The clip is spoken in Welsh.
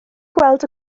gweld